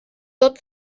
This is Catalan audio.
tot